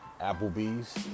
Applebee's